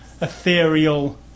ethereal